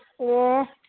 ꯑꯣ